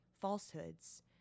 falsehoods